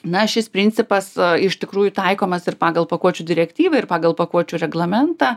na šis principas iš tikrųjų taikomas ir pagal pakuočių direktyvą ir pagal pakuočių reglamentą